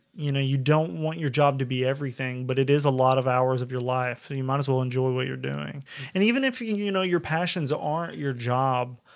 you know, you don't want your job to be everything but it is a lot of hours of your life and you might as well enjoy what you're doing and even if you you know your passions aren't your job?